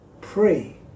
pray